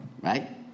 Right